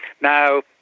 Now